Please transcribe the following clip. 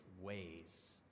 ways